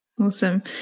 Awesome